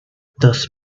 thus